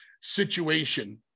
situation